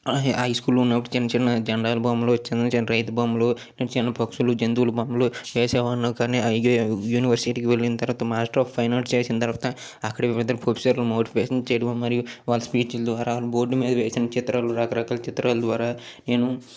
అహ హై స్కూల్లో ఉన్నప్పుడు చిన్న చిన్న జెండాల బొమ్మలు చిన్న చిన్న రైతు బొమ్మలు చిన్న పక్షులు జంతువులు బొమ్మలు వేసే వాడిని కానీ అవి యూనివర్సిటీకి వెళ్ళిన తర్వాత మాస్టర్ ఆఫ్ ఫైన్ ఆర్ట్స్ చేసిన తర్వాత అక్కడ వివిధ ప్రొఫెసర్లు మోటివేషన్ చేయడం మరియు వాళ్ళ స్పీచ్లు ద్వారా బోర్డ్ మీద వేసిన చిత్రాలు రకరకాల చిత్రాల ద్వారా నేను